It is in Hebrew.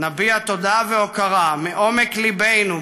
נביע תודה והוקרה מעומק ליבנו,